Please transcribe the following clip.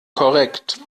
korrekt